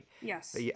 Yes